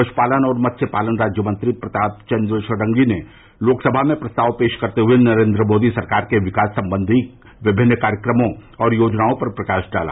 पशुपालन और मत्स्य पालन राज्यमंत्री प्रताप चंद्र षडंगी ने लोकसभा में प्रस्ताव पेश करते हुए नरेंद्र मोदी सरकार के विकास संबंधी विभिन्न कार्यक्रमों और योजनाओं पर प्रकाश डाला